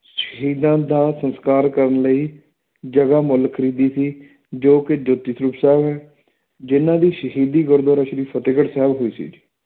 ਸ਼ਹੀਦਾਂ ਦਾ ਸੰਸਕਾਰ ਕਰਨ ਲਈ ਜਗ੍ਹਾ ਮੁੱਲ ਖਰੀਦੀ ਸੀ ਜੋ ਕਿ ਜੋਤੀ ਸਰੂਪ ਸਾਹਿਬ ਹੈ ਜਿਨ੍ਹਾਂ ਦੀ ਸ਼ਹੀਦੀ ਗੁਰਦੁਆਰਾ ਸ਼੍ਰੀ ਫਤਿਹਗੜ੍ਹ ਸਾਹਿਬ ਹੋਈ ਸੀ